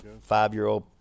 five-year-old